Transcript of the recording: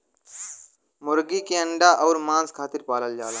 मुरगी के अंडा अउर मांस खातिर पालल जाला